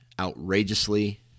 outrageously